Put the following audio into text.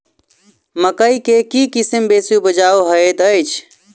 मकई केँ के किसिम बेसी उपजाउ हएत अछि?